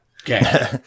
Okay